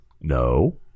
no